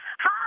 Hi